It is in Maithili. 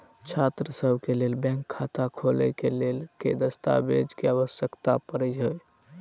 छात्रसभ केँ लेल बैंक खाता खोले केँ लेल केँ दस्तावेज केँ आवश्यकता पड़े हय?